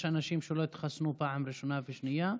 יש אנשים שלא התחסנו פעם ראשונה ושנייה,